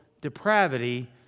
depravity